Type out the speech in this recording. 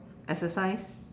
exercise